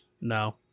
No